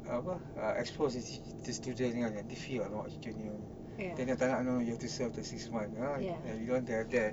apa uh expose the student yang you have to serve the six month ah and you want to have that